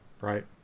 right